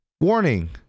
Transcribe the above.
warning